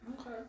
Okay